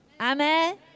Amen